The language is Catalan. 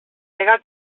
sega